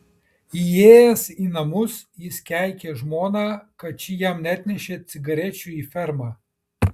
įėjęs į namus jis keikė žmoną kad ši jam neatnešė cigarečių į fermą